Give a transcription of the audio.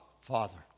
Father